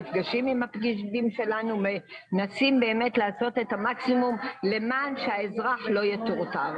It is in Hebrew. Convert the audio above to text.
נפגשים עם הפקידים ומנסים לעשות את המקסימום כדי שהאזרח לא יטורטר.